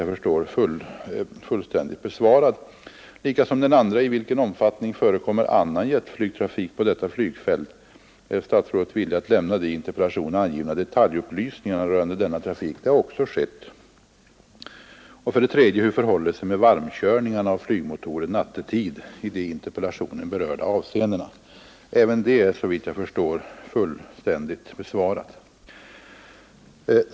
Den frågan är fullständigt besvarad liksom den andra, i vilken omfattning annan jettrafik förekommer på Bromma och om statsrådet är villig att lämna detaljupplysningar rörande denna trafik. Den tredje frågan gällde hur det förehåller sig med varmkörningarna av flygmotorerna nattetid i de av interpellanten berörda avseendena. Den frågan är också fullständigt besvarad.